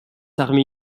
armé